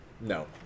No